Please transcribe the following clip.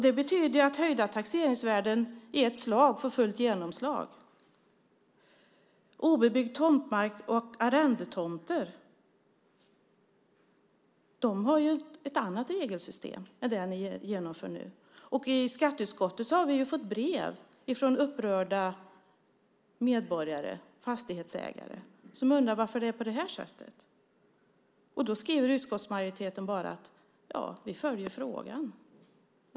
Det betyder att höjda taxeringsvärden i ett slag får fullt genomslag. Obebyggd tomtmark och arrendetomter har ett annat regelsystem än det som ni genomför nu. Vi i skatteutskottet har fått brev från upprörda medborgare, fastighetsägare, som undrar varför det är på detta sätt? Då skriver utskottsmajoriteten bara att man följer frågan.